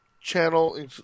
channel